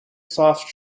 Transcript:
soft